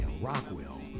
Rockwell